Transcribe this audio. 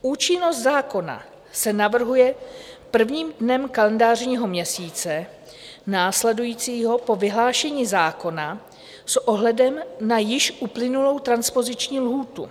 Účinnost zákona se navrhuje prvním dnem kalendářního roku následujícího po vyhlášení zákona s ohledem na již uplynulou transpoziční lhůtu.